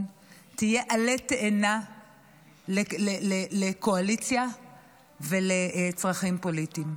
תהיה עלה תאנה לקואליציה ולצרכים פוליטיים.